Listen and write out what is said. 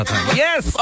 Yes